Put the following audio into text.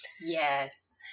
Yes